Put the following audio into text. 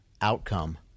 outcome